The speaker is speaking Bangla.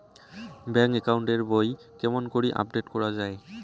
ব্যাংক একাউন্ট এর বই কেমন করি আপডেট করা য়ায়?